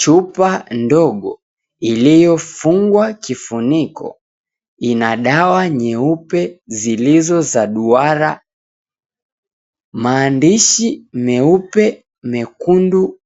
Chupa ndogo iliofungwa kifuniko ina dawa nyeupe zilizo za duara. Maandishi meupe, mekundu